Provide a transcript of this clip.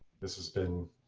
this has been